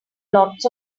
lots